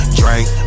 drink